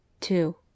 Two